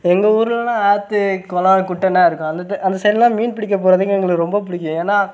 எங்கள் ஊர்லலாம் ஆத்து கொளம் குட்டைல்லாம் இருக்கும் அந்த சைடுலாம் மீன் பிடிக்க போகிறதுக்கு எங்களுக்கு ரொம்ப பிடிக்கும் ஏன்னா